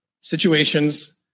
situations